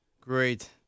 Great